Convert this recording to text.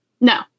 no